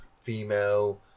female